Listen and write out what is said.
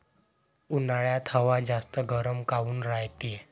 उन्हाळ्यात हवा जास्त गरम काऊन रायते?